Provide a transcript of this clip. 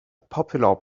popular